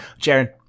Jaren